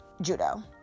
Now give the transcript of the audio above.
judo